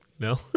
No